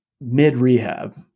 mid-rehab